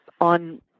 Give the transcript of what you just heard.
on